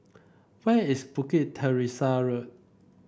where is Bukit Teresa Road